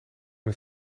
met